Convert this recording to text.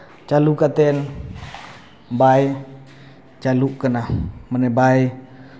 ᱪᱟᱹᱞᱩ ᱠᱟᱛᱮᱫ ᱵᱟᱭ ᱪᱟᱹᱞᱩᱜ ᱠᱟᱱᱟ ᱢᱟᱱᱮ ᱵᱟᱭ